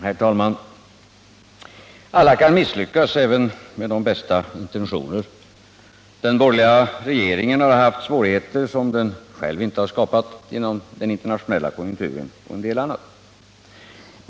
Herr talman! Alla kan misslyckas, även med de bästa intentioner. Den borgerliga regeringen har genom den internationella konjunkturen och en del annat fått svårigheter som den själv inte har skapat.